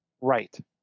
Right